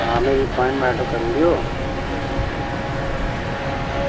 आं मेरी अप्वाइनमेंट करी ओड़ेओ